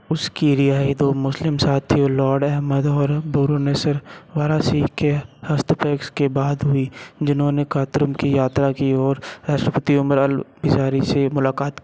उसकी रिहाई दो मुस्लिम साथियों लॉर्ड अहमद और बैरोनेस वारासी के हस्तक्षेप के बाद हुई जिन्होंने खार्तूम की यात्रा की और राष्ट्रपति उमर अल इज़हारी से मुलाकात की